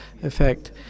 effect